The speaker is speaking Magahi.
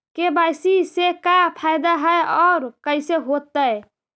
के.वाई.सी से का फायदा है और कैसे होतै?